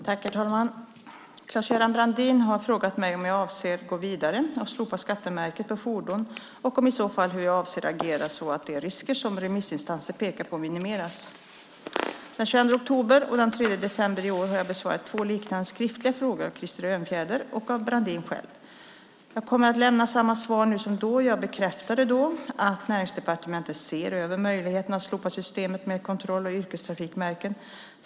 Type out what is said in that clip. Herr talman! Claes-Göran Brandin har frågat mig om jag avser att gå vidare och slopa skattemärket på fordon och om så är fallet hur jag avser att agera så att de risker som remissinstanser har pekat på minimeras. Den 22 oktober och den 3 december i år har jag besvarat två liknande skriftliga frågor av Krister Örnfjäder och av Brandin själv. Jag kommer att lämna samma svar nu som då. Jag bekräftade då att Näringsdepartementet ser över möjligheten av slopa systemet med kontroll och yrkestrafikmärken.